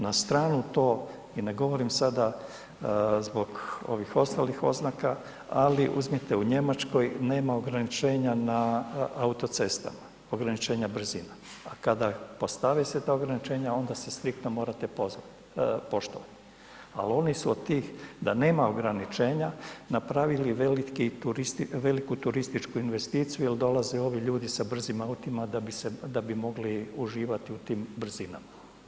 Na stranu to i ne govorim sada zbog ovih ostalih oznaka uzmite u Njemačkoj, nema ograničenja na autocestama, ograničenja brzina a kada postave se ta ograničenja onda se ... poštovat ali oni su od tih da nema ograničenja napravili veliku turističku investiciju jer dolaze ovi ljudi sa brzim autima da bi mogli uživati u tim brzinama.